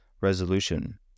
resolution